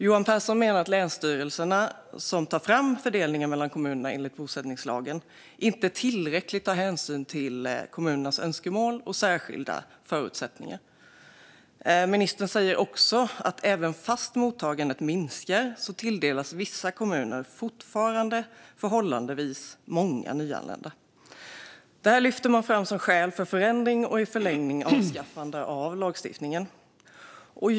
Johan Pehrson menar att länsstyrelserna, som tar fram fördelningen mellan kommunerna i enlighet med bosättningslagen, inte tar tillräcklig hänsyn till kommunernas önskemål och särskilda förutsättningar. Ministern säger också: "Även om mottagandet minskar tilldelas vissa kommuner fortfarande förhållandevis många nyanlända." Det här lyfter man fram som skäl till förändring och i förlängningen avskaffande av lagstiftningen.